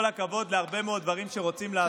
הכבוד להרבה מאוד דברים שרוצים לעשות.